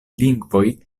lingvoj